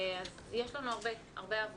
אז יש לנו הרבה עבודה.